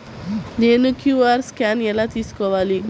నేను QR scan ఎలా తీసుకోవాలి?